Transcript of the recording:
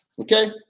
Okay